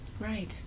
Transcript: Right